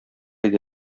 иде